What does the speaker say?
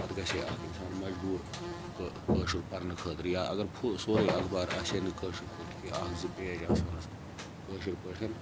پَتہٕ گَژھ ہے اکھ اِنسان مَجبوٗر کٲ کٲشُر پَرنہٕ خٲطرٕ یا اَگَر پھُل سورُے اَخبار آسہِ ہے نہٕ کٲشِر پٲٹھۍ کینٛہہ اکھ زٕ پیج آسہٕ ہَنَس کٲشِر پٲٹھۍ